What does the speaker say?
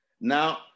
Now